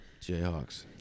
Jayhawks